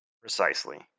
Precisely